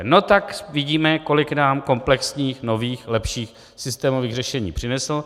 No tak vidíme, kolik nám komplexních, nových, lepších, systémových řešení přinesl.